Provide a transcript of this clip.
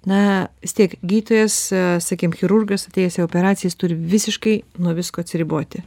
na tiek gydytojas sakykim chirurgas atėjęs į operacijas turi visiškai nuo visko atsiriboti